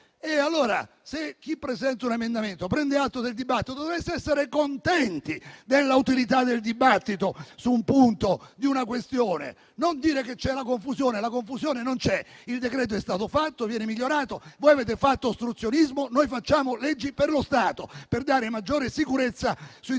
1.1. Se chi presenta un emendamento prende atto del dibattito, dovreste essere contenti della sua utilità su un punto della questione, e non dire che c'è confusione; la confusione non c'è. Il decreto-legge è stato fatto e viene migliorato; voi avete fatto ostruzionismo, mentre noi facciamo leggi per lo Stato, per dare maggiore sicurezza sui temi